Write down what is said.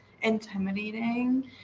intimidating